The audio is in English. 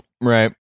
Right